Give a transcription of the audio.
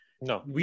No